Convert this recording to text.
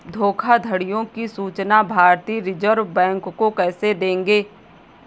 धोखाधड़ियों की सूचना भारतीय रिजर्व बैंक को कैसे देंगे?